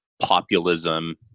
populism